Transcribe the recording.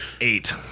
eight